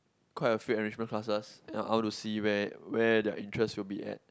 quite a few enrichment classes yea I want to see where where their interest will be at